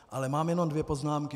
Ale mám jenom dvě poznámky.